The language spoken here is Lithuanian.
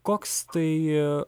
koks tai